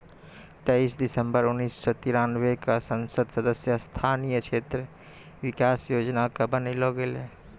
तेइस दिसम्बर उन्नीस सौ तिरानवे क संसद सदस्य स्थानीय क्षेत्र विकास योजना कअ बनैलो गेलैय